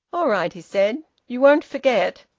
all right! he said. you won't forget?